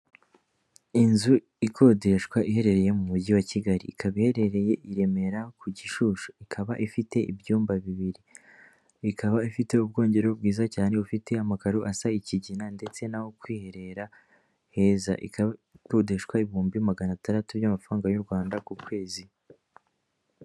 Inzu ikodeshwa iherereye mu mugi wa Kigali, ikaba iherereye i Remera ku gishushu, ikaba ifite ibyumba bibiri, ikaba ifite ubwogero bwiza cyane bufite amakaro asa ikigina ndetse n'aho kwiherera heza ikaba ikodeshwa ibihumbi magana atandatu by'amafaranga y'u rwanda ku kwezi.